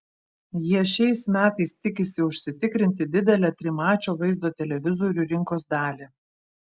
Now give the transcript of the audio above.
jie šiais metais tikisi užsitikrinti didelę trimačio vaizdo televizorių rinkos dalį